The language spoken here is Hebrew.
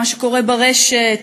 מה שקורה ברשת,